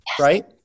right